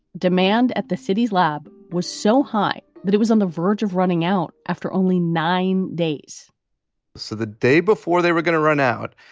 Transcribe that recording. demand at the city's lab was so high that it was on the verge of running out after only nine days so the day before they were going to run out,